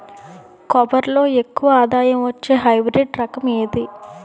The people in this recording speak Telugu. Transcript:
కొబ్బరి లో ఎక్కువ ఆదాయం వచ్చే హైబ్రిడ్ రకం ఏది?